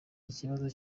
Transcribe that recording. ikibazo